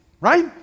Right